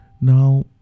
Now